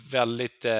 väldigt